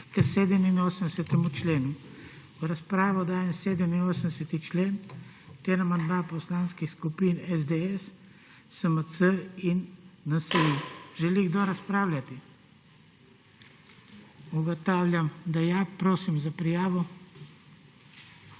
k 87. členu. V razpravo dajem 87. člen ter amandma poslanskih skupin SDS, SMC in NSi. Želi kdo razpravljati? Ugotavljam, da želi. Prosim za prijavo.